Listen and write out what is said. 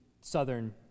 southern